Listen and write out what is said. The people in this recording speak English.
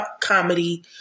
comedy